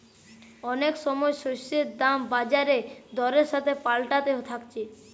অনেক সময় শস্যের দাম বাজার দরের সাথে পাল্টাতে থাকছে